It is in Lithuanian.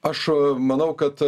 aš manau kad